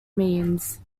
means